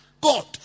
God